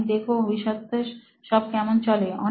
আমরা দেখব ভবিষ্যতে সব কেমন চলবে